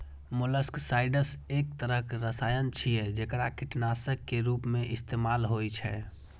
molluscicides एक तरहक रसायन छियै, जेकरा कीटनाशक के रूप मे इस्तेमाल होइ छै